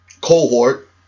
cohort